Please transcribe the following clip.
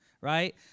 right